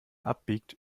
abbiegt